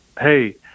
hey